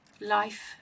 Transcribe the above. Life